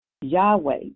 Yahweh